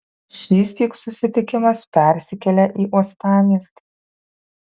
šįsyk susitikimas persikelia į uostamiestį